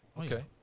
Okay